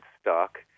stock